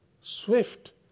swift